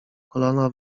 kolana